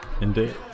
Indeed